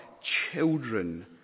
children